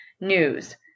News